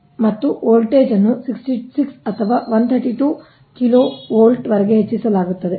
ಮತ್ತು ವೋಲ್ಟೇಜ್ ಅನ್ನು 66 ಅಥವಾ 132 kV ವರೆಗೆ ಹೆಚ್ಚಿಸಲಾಗುತ್ತದೆ